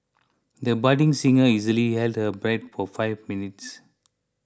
the budding singer easily held her breath for five minutes